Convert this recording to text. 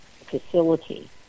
facility